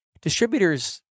Distributors